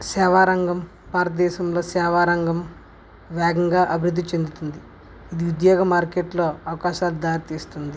సేవారంగం భారతదేశంలో సేవా రంగం వేగంగా అభివృద్ధి చెందుతుంది ఇది ఉద్యోగ మార్కెట్లో అవకాశాలు దారితీస్తుంది